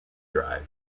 drive